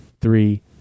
three